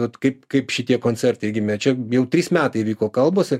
vat kaip kaip šitie koncertai gimė čia jau trys metai įvyko kalbos